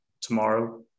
tomorrow